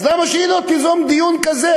אז למה שהיא לא תיזום דיון כזה?